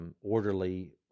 orderly